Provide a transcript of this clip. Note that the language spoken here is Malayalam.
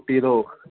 മ്മ് മ്